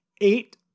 eight